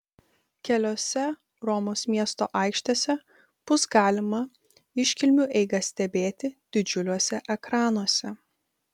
keliose romos miesto aikštėse bus galima iškilmių eigą stebėti didžiuliuose ekranuose